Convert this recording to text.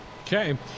Okay